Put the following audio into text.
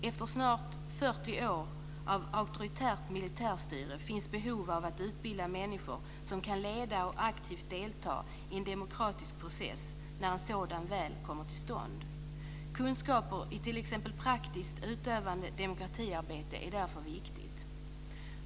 Efter snart 40 år av auktoritärt militärstyre finns behov av att utbilda människor som kan leda och aktivt delta i en demokratisk process när en sådan väl kommer till stånd. Kunskaper i t.ex. praktiskt utövande av demokratiarbete är därför viktiga.